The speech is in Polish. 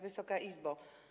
Wysoka Izbo!